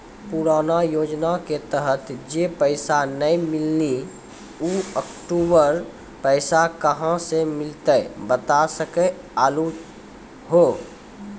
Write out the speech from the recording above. पुराना योजना के तहत जे पैसा नै मिलनी ऊ अक्टूबर पैसा कहां से मिलते बता सके आलू हो?